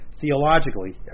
theologically